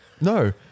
no